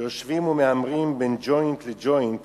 שיושבים ומהמרים בין ג'וינט לג'וינט